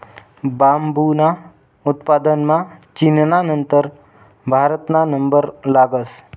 बांबूना उत्पादनमा चीनना नंतर भारतना नंबर लागस